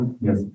Yes